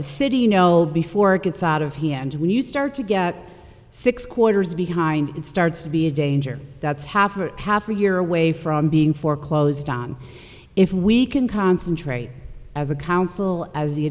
the city know before it gets out of hand when you start to get six quarters behind it starts to be a danger that's half or half a year away from being foreclosed on if we can concentrate as a council as the